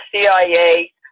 CIA